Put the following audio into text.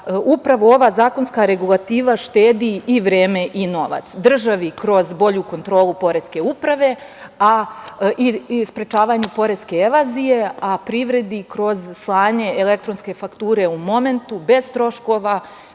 upravo ova zakonska regulativa štedi i vreme i novac, državi kroz bolju kontrolu poreske uprave, sprečavanju poreske evazije, a privredi kroz slanje elektronske fakture u momentu bez troškova,